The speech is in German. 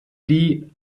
die